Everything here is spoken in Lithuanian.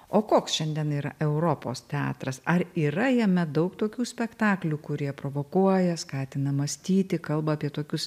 o koks šiandien yra europos teatras ar yra jame daug tokių spektaklių kurie provokuoja skatina mąstyti kalba apie tokius